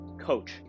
coach